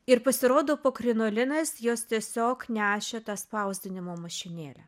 ir pasirodo po krinolinais jos tiesiog nešė tą spausdinimo mašinėlę